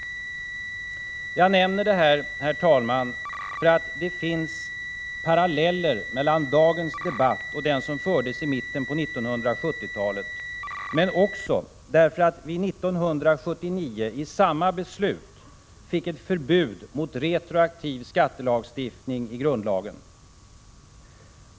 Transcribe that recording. Jag nämner detta, herr talman, därför att det finns paralleller mellan dagens debatt och den som fördes i mitten av 1970-talet, men också därför att vi 1979, i samma beslut, fick ett förbud mot retroaktiv skattelagstiftning inskrivet i grundlagen.